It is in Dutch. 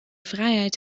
vrijheid